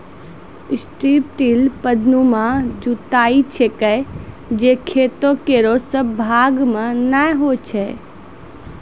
strip till पट्टीनुमा जुताई छिकै जे खेतो केरो सब भाग म नै होय छै